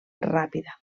ràpida